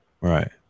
Right